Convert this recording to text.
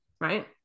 right